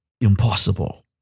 impossible